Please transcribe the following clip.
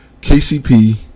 KCP